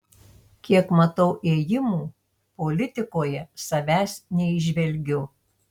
kiek matau ėjimų politikoje savęs neįžvelgiu